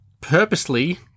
purposely